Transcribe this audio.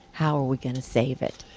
how are we going to save it?